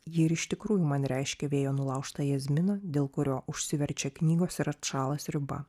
ji ir iš tikrųjų man reiškia vėjo nulaužtą jazminą dėl kurio užsiverčia knygos ir atšąla sriuba